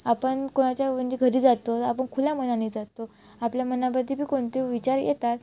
आपण कोणाच्या म्हणजे घरी जातो तर आपण खुल्या मनाने जातो आपल्या मनामध्ये बी कोणते विचार येतात